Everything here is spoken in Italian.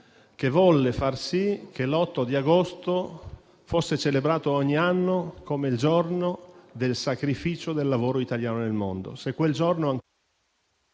che volle far sì che l'8 agosto fosse celebrato ogni anno come il giorno del sacrificio del lavoro italiano nel mondo.